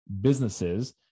businesses